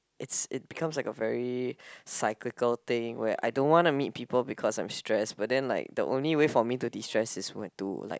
it's it become like a very cyclical thing where I don't want to meet people because I'm stress but then like the only way for me to destress is when to like